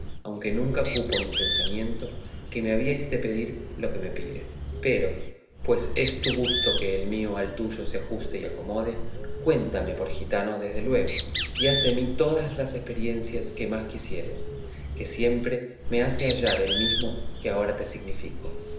aunque nunca cupo en mi pensamiento que me habías de pedir lo que me pides pero pues es tu gusto que el mío al tuyo se ajuste y acomode cuéntame por gitano desde luego y haz de mí todas las esperiencias que más quisieres que siempre me has de hallar el mismo que ahora te significo